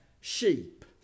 sheep